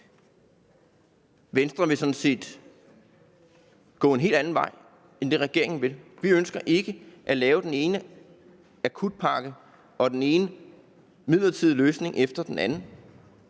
set gå en helt anden vej end den, regeringen vil. Vi ønsker ikke at lave den ene akutpakke og den ene midlertidige løsning efter den anden.